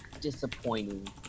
disappointing